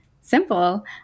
simple